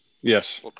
Yes